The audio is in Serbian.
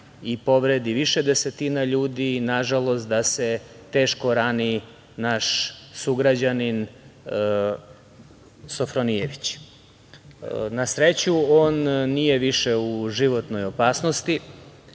i povredi više desetina ljudi, nažalost da se teško rani naš sugrađanin Sofronijević. Na sreću, on nije više u životnoj opasnosti,